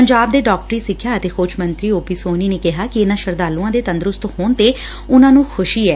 ਪੰਜਾਬ ਦੇ ਡਾਕਟਰੀ ਸਿੱਖਿਆ ਅਤੇ ਖੋਜਂ ਮੰਤਰੀ ਓ ਪੀ ਸੋਨੀ ਨੇ ਕਿਹਾ ਕਿ ਇਨੂਾਂ ਸ਼ਰਧਾਲੂਆਂ ਦੇ ਤੰਦਰੁਸਤ ਹੋਣ ਤੋ ਉਨੂਾਂ ਨੂੰ ਖੁਸ਼ੀ ਐ